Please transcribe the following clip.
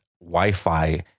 Wi-Fi